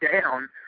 down